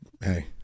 Hey